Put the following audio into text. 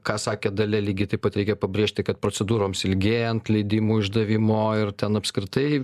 ką sakė dalia lygiai taip pat reikia pabrėžti kad procedūroms ilgėjant leidimų išdavimo ir ten apskritai